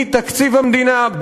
מתקציב המדינה,